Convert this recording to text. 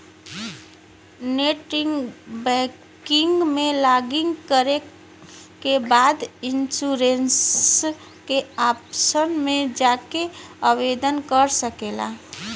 net banking में login करे के बाद इन्शुरन्स के ऑप्शन पे जाके आवेदन कर सकला